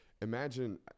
Imagine